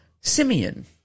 Simeon